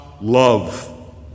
love